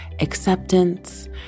acceptance